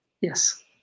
yes